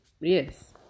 Yes